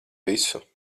visu